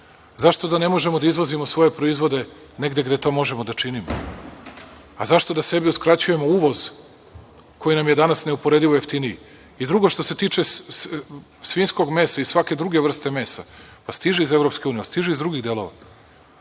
Zašto da ne možemo da izvozimo svoje proizvode negde gde to možemo da činimo? Zašto da sebi uskraćujemo uvoz koji nam je danas neuporedivo jeftiniji. Drugo, što se tiče svinjskog mesa i svake druge vrste mesa, pa stiže iz EU, ali stiže i iz drugih delova.